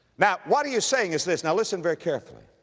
now what he is saying is this, now listen very carefully.